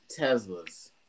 Teslas